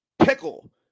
pickle